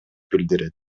билдирет